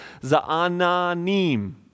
Za'ananim